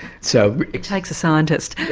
so it takes a scientist.